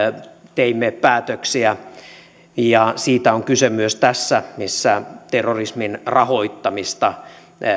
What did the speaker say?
teimme päätöksiä ja siitä on kyse myös tässä missä terrorismin rahoittamista